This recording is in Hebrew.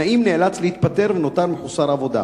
נעים נאלץ להתפטר ונותר מחוסר עבודה.